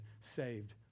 saved